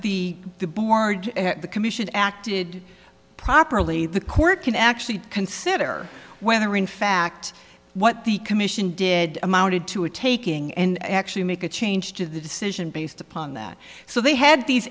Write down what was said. the the board the commission acted properly the court can actually consider whether in fact what the commission did amounted to a taking and actually make a change to the decision based upon that so they had these